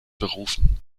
berufen